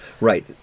right